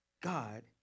God